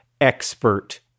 expert